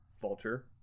Vulture